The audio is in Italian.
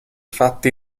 fatti